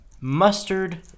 mustard